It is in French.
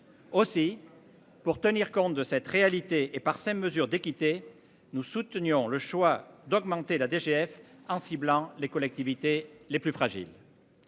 aussi. Pour tenir compte de cette réalité et par ces mesures d'équité, nous soutenions le choix d'augmenter la DGF en ciblant les collectivités les plus fragiles.